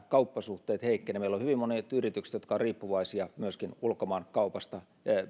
kauppasuhteet heikkenevät meillä hyvin monet yritykset ovat riippuvaisia myöskin ulkomaankaupasta